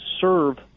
serve